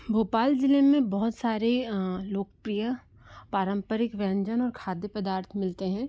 भोपाल ज़िले में बहुत सारे लोकप्रिय पारंपरिक व्यंजन और खाद्य पदार्थ मिलते हैं